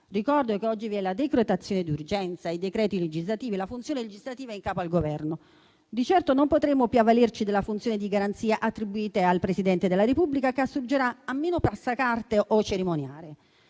Ricordo che oggi, con la decretazione d'urgenza e i decreti legislativi, la funzione legislativa è in capo al Governo. Di certo non potremo più avvalerci della funzione di garanzia attribuita al Presidente della Repubblica, che assurgerà a mero passacarte o cerimoniale.